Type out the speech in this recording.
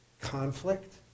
conflict